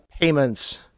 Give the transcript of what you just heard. payments